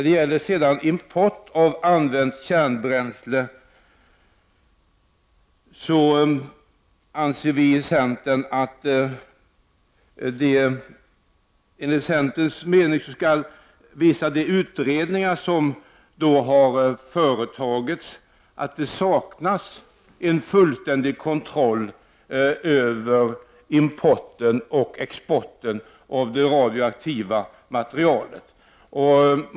De utredningar som har företagits om importen av använt kärnbränsle visar enligt centern att det saknas en fullständig kontroll över importen och exporten av det radioaktiva materialet.